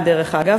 דרך אגב,